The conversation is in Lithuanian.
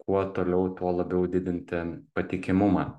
kuo toliau tuo labiau didinti patikimumą